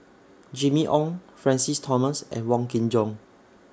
Jimmy Ong Francis Thomas and Wong Kin Jong